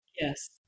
Yes